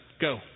go